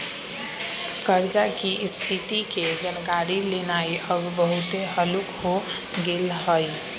कर्जा की स्थिति के जानकारी लेनाइ अब बहुते हल्लूक हो गेल हइ